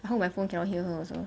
I hope my phone cannot hear her also